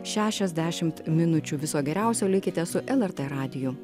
šešiasdešimt minučių viso geriausio likite su lrt radiju